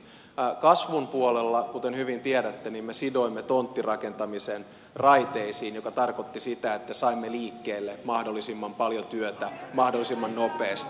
kasvun puolella kuten hyvin tiedätte me sidoimme tonttirakentamisen raiteisiin joka tarkoitti sitä että saimme liikkeelle mahdollisimman paljon työtä mahdollisimman nopeasti